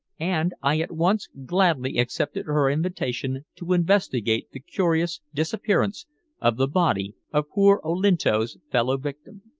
and i at once gladly accepted her invitation to investigate the curious disappearance of the body of poor olinto's fellow-victim.